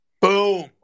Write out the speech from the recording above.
Boom